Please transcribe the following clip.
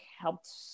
helped